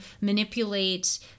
manipulate